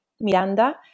Miranda